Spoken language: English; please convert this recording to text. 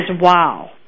wow